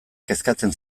kezkatzen